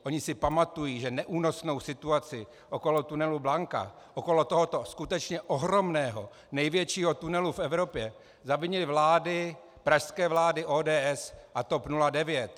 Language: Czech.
Oni si pamatují, že neúnosnou situaci okolo tunelu Blanka, okolo tohoto skutečně ohromného, největšího tunelu v Evropě, zavinily vlády, pražské vlády ODS a TOP 09.